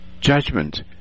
Judgment